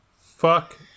Fuck